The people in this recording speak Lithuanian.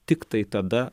tiktai tada